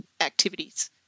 activities